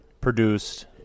produced